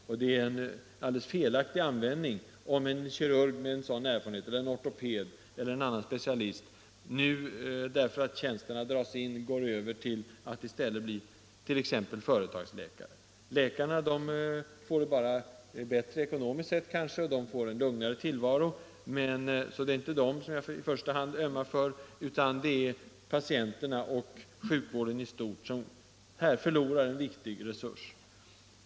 Om en kirurg, en ortoped eller annan specialist med sådan erfarenhet övergår till att bli t.ex. företagsläkare därför att tjänsterna dras in, är detta en helt felaktig användning av denna resurs. Läkarna i fråga får det kanske bättre ekonomiskt sett och dessutom en lugnare tillvaro, så det är inte dem jag i första hand ömmar för, utan det är för patienterna och sjukvården i stort, vilken här förlorar en viktig tillgång.